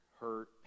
hurt